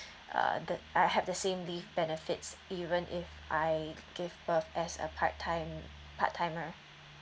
uh the I have the same leave benefits even if I give birth as a part time part timer